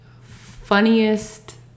Funniest